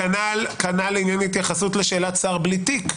כנ"ל לעניין התייחסות לשאלת שר בלי תיק.